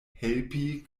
helpi